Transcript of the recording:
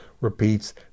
repeats